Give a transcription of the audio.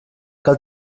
cal